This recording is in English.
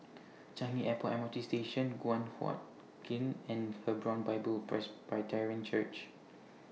Changi Airport M R T Station Guan Huat Kiln and Hebron Bible Presbyterian Church